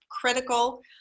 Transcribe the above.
critical